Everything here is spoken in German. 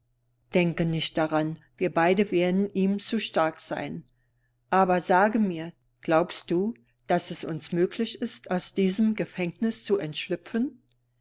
denke nicht daran wir beide werden ihm zu stark sein aber sage mir glaubst du daß es uns möglich ist aus diesem gefängnis zu entschlüpfen